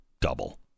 double